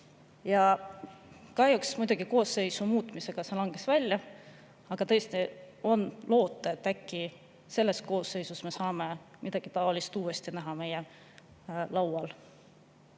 mehhanisme. Kahjuks koosseisu muutumisega see langes välja. Aga tõesti, on loota, et äkki selles koosseisus me saame midagi taolist uuesti näha meie laual.